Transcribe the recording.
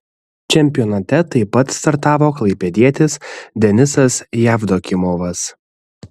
čempionate taip pat startavo klaipėdietis denisas jevdokimovas